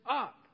up